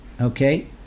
Okay